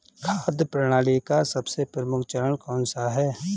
खाद्य प्रणाली का सबसे प्रमुख चरण कौन सा है?